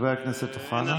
חבר הכנסת אוחנה?